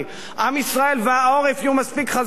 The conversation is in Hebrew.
עם ישראל והעורף יהיו מספיק חזקים כדי